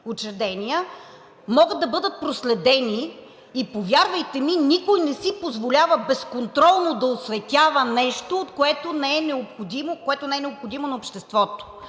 учреждения, могат да бъдат проследени. Повярвайте ми, никой не си позволява безконтролно да осветява нещо, което не е необходимо на обществото.